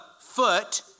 foot